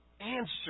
answer